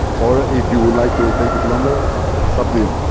or if you would like to take it longer, it's okay, it's up to you.